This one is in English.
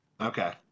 Okay